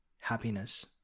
happiness